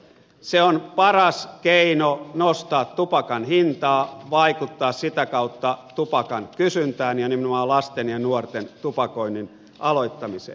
ne ovat paras keino nostaa tupakan hintaa vaikuttaa sitä kautta tupakan kysyntään ja nimenomaan lasten ja nuorten tupakoinnin aloittamiseen